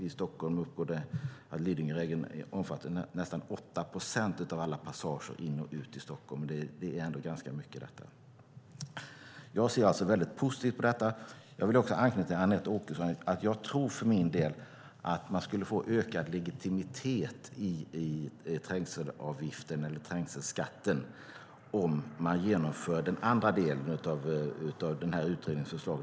I Stockholm omfattar Lidingöregeln nästan 8 procent av alla passager in i och ut ur Stockholm. Det är ändå ganska mycket. Jag ser väldigt positivt på detta. Jag vill också anknyta till det Anette Åkesson sade. Jag tror att man skulle få ökad legitimitet i trängselskatten om man genomför den andra delen av utredningens förslag.